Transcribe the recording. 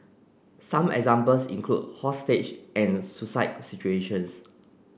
some examples include hostage and suicide situations